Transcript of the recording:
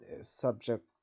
Subject